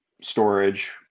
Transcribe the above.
storage